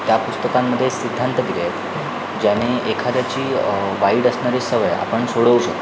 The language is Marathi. त्या पुस्तकामध्ये सिद्धांत दिले आहेत ज्याने एखाद्याची वाईट असणारी सवय आपण सोडवू शकतो